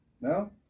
No